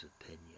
opinion